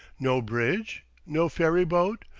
no bridge? no ferry-boat?